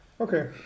Okay